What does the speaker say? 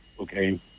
Okay